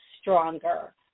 stronger